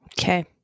Okay